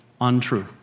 untrue